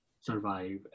survive